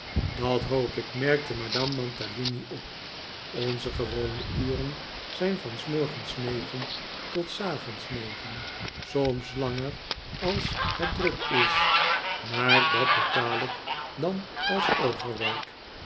dat hoop ik merkte madame mantalini op onze gewone uren zijn van s morgens negen tot s avonds negen soms langer als het druk is maar dat betaal ik dan als over